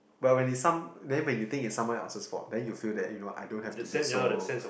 but when he some then when you think is someone's else fault then you feel that you know I don't have to be so